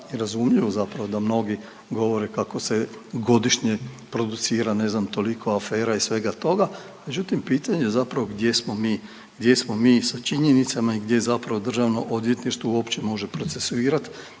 i razumljivo zapravo da mnogi govore kako se godišnje producira ne znam, toliko afera i svega toga, međutim, pitanje je zapravo gdje smo mi, gdje smo mi sa činjenicama i gdje zapravo DORH uopće može procesuirati